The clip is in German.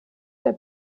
der